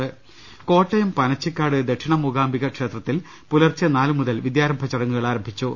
രംഭട്ട്ട്ട്ട്ട്ട്ട്ട്ട കോട്ടയം പനച്ചിക്കാട് ദക്ഷിണ മൂകാംബിക ക്ഷേത്രത്തിൽ പുലർച്ചെ നാല് മുതൽ വിദ്യാരംഭചടങ്ങുകൾ ആരംഭിച്ചു